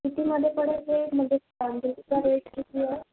कितीमध्ये पडेल ते म्हणजे क्वाँटिटीचा रेट किती आहे